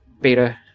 Beta